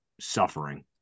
suffering